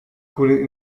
koelen